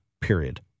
period